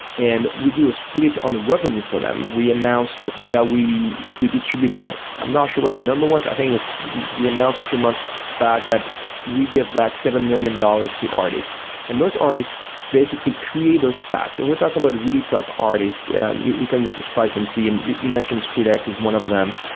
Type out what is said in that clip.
and we do a split on the revenue for them. we announce that we we distributed i'm not sure what the number was. i think it was we announced a few months back that we give back seven million dollars to artists and those artists basically create those packs, and we're talking about really top artists. and you you can go to splice and see and you mentioned skrillex is one of them.